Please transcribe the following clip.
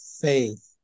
faith